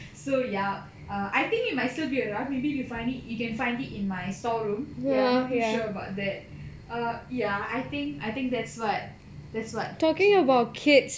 so ya err I think it might still be around maybe if we find it you can find it in my store room ya I'm not too sure about that err ya I think I think that's what in there